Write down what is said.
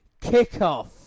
kickoff